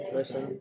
Listen